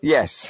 Yes